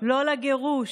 לא לגירוש,